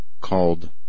called